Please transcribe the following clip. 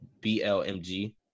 BLMG